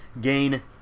gain